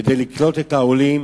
כדי לקלוט את העולים.